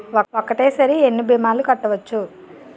ఒక్కటేసరి ఎన్ని భీమాలు కట్టవచ్చు?